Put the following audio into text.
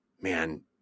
man